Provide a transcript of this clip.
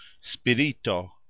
Spirito